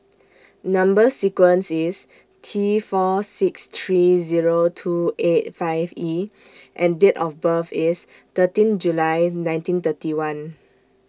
Number sequence IS T four six three Zero two eight five E and Date of birth IS thirteen July nineteen thirty one